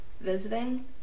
visiting